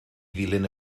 ddilyn